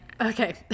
Okay